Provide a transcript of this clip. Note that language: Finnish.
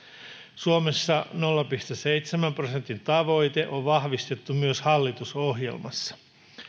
suomessa nolla pilkku seitsemän prosentin tavoite on vahvistettu myös hallitusohjelmassa